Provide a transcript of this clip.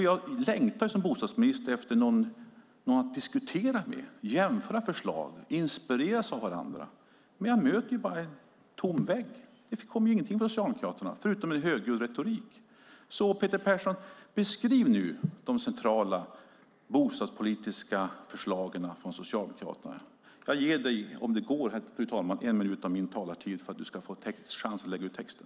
Jag längtar som bostadsminister efter någon att diskutera med, att jämföra förslag med och inspireras av. Men jag möter bara en tom vägg. Det kommer ju ingenting från Socialdemokraterna, förutom en högljudd retorik. Så, Peter Persson, beskriv nu de centrala bostadspolitiska förslagen från Socialdemokraterna! Jag ger dig, om det går, fru talman, en minut av min talartid för att du ska få chansen att lägga ut texten.